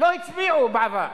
לא הצביעו בעבר.